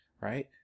right